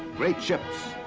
great ships,